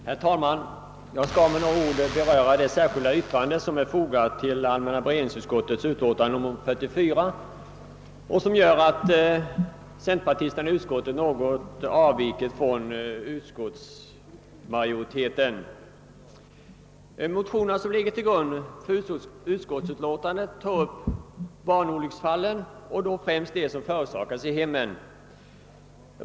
Herr talman! Jag skall med några ord beröra det särskilda yttrande som är fogat till allmänna beredningsutskottets De motioner som ligger till grund för utskottsutlåtandet tar upp barnolycksfallen och då främst dem som förorsakas i hemmen.